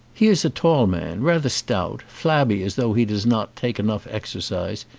he is a tall man, rather stout, flabby as though he does not take enough exer cise,